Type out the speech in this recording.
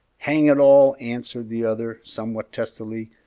hang it all! answered the other, somewhat testily,